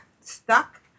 stuck